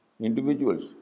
Individuals